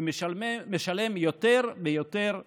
ומשלם יותר ויותר ויותר.